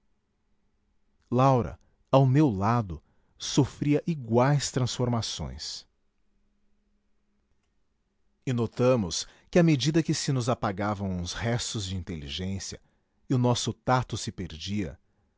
laura ao meu lado sofria iguais transformações e notamos que à medida que se nos apagavam uns restos de inteligência e o nosso tato se perdia